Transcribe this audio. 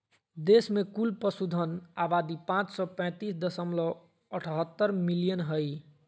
देश में कुल पशुधन आबादी पांच सौ पैतीस दशमलव अठहतर मिलियन हइ